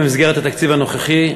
במסגרת התקציב הנוכחי,